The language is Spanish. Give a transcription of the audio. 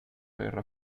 guerra